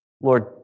Lord